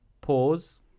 pause